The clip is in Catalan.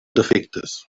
defectes